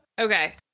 Okay